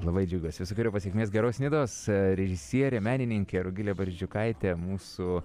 labai džiaugiuosi visokeriopos pasekmės geros nidos režisierė menininkė rugilė barzdžiukaitė mūsų